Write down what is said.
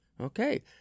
Okay